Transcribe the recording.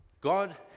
God